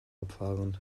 abfahren